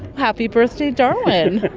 happy birthday darwin.